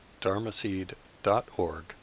dharmaseed.org